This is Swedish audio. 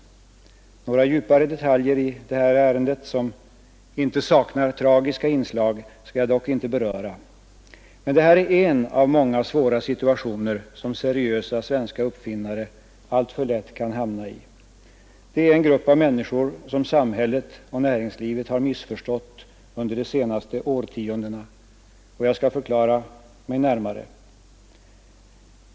Några djupare detaljer i det här ärendet, som inte saknar tragiska inslag, skall jag dock inte beröra. Det här är en av många svåra situationer som seriösa svenska uppfinnare alltför lätt kan hamna i. De är en grupp av människor som samhället och näringslivet har missförstått under de senaste årtiondena. Jag skall förklara mig närmare.